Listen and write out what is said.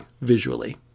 visually